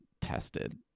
tested